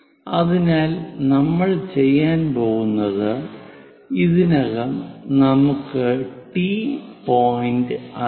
അതിനാൽ നമ്മൾ ചെയ്യാൻ പോകുന്നത് ഇതിനകം നമുക്ക് ടി പോയിന്റ് അറിയാം